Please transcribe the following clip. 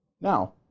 Now